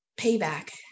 payback